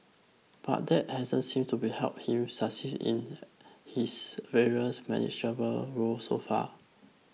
but that hasn't seemed to be help him succeed at his various managerial roles so far